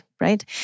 right